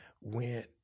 went